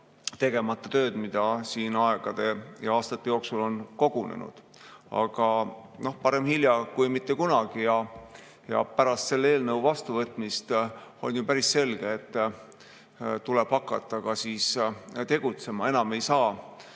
tegemata tööd, mis siin aastate ja aegade jooksul on kogunenud. Aga parem hilja kui mitte kunagi. Pärast selle eelnõu vastuvõtmist on ju päris selge, et tuleb hakata ka tegutsema, enam ei saa